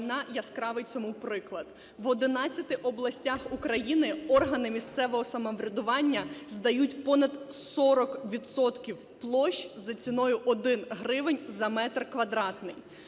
яскравий цьому приклад. В 11 областях України органи місцевого самоврядування здають понад 40 відсотків площ за ціною 1 гривня за метр квадратний.